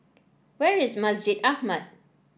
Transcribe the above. where is Masjid Ahmad